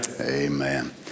Amen